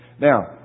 Now